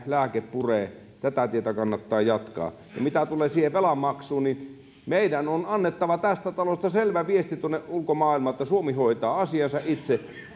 lääke puree tätä tietä kannattaa jatkaa mitä tulee siihen velan maksuun niin meidän on annettava tästä talosta selvä viesti tuonne ulkomaailmaan että suomi hoitaa asiansa itse